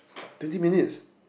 twenty minutes